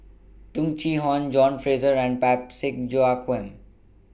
Tung Chye Hong John Fraser and Parsick Joaquim